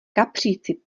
kapříci